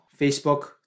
Facebook